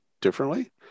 differently